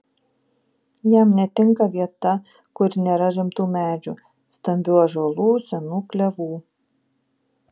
jam netinka vieta kur nėra rimtų medžių stambių ąžuolų senų klevų